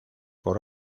por